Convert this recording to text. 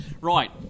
Right